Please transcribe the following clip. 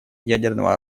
ядерного